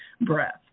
breath